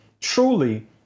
truly